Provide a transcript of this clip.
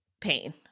pain